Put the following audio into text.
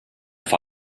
vor